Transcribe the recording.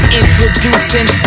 introducing